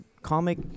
Comic